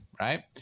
right